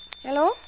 Hello